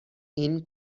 این